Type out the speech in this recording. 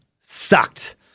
Sucked